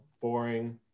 boring